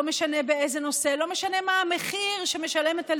לא משנה באיזה נושא,